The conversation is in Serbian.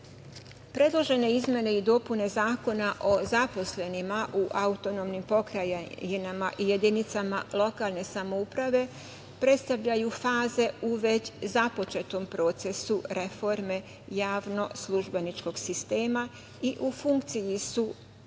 predlog. Predložene izmene i dopune Zakona o zaposlenima u autonomnim pokrajinama i jedinicama lokalne samouprave predstavljaju faze u već započetom procesu reforme javno-službeničkog sistema i u funkciji su podrške